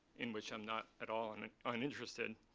in which i'm not at all and uninterested,